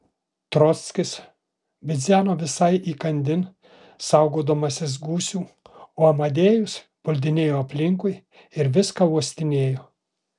trockis bidzeno visai įkandin saugodamasis gūsių o amadėjus puldinėjo aplinkui ir viską uostinėjo